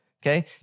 okay